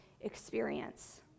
experience